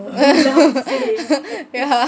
ya